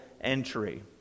entry